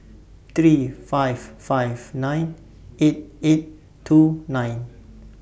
three five five nine eight eight two nine